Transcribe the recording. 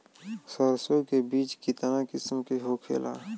सरसो के बिज कितना किस्म के होखे ला?